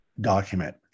document